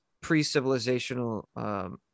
pre-civilizational